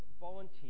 volunteer